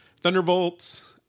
Thunderbolts